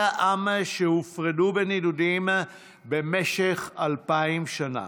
העם שהופרדו בנדודים במשך אלפיים שנה